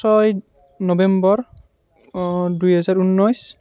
ছয় নৱেম্বৰ দুই হাজাৰ ঊনৈছ